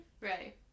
Ready